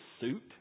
suit